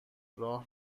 راه